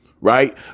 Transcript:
right